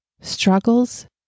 Struggles